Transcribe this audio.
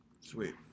Sweet